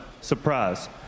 Surprise